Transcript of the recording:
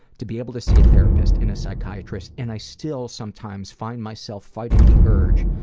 to be able to see a therapist and a psychiatrist and i still sometimes find myself fighting the urge,